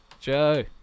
Joe